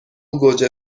گوجه